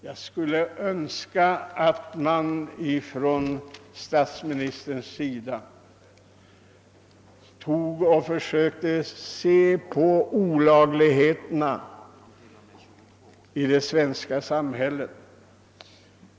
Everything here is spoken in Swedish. Jag skulle önska att statsministern ville ta upp en granskning av de olagligheter som förekommer i det svenska samhället.